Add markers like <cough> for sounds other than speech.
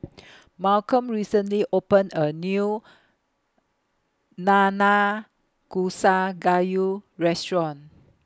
<noise> Malcom recently opened A New Nanakusa Gayu Restaurant